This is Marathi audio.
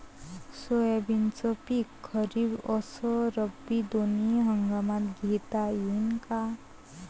सोयाबीनचं पिक खरीप अस रब्बी दोनी हंगामात घेता येईन का?